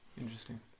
Interesting